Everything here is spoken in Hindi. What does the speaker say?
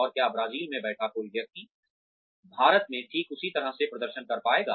और क्या ब्राजील में बैठा कोई व्यक्ति भारत में ठीक उसी तरह से प्रदर्शन कर पाएगा